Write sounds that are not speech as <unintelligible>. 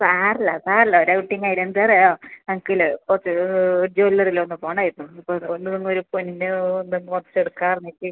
സാരമില്ല സാരമില്ല ഒരു ഔട്ടിംഗ് അതിന് എന്താന്നറിയോ എനിക്ക് ഇല്ലേ കുറച്ച് ജ്വല്ലറിയിൽ ഒന്ന് പോവണമായിരുന്നു ഇപ്പോൾ <unintelligible> ഒരു പൊന്ന് എന്തെങ്കിലും കുറച്ച് എടുക്കാം പറഞ്ഞിട്ട്